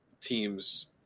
teams